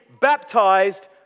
baptized